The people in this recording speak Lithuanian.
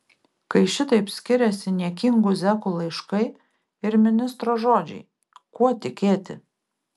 kai šitaip skiriasi niekingų zekų laiškai ir ministro žodžiai kuo tikėti